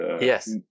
Yes